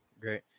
great